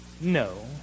No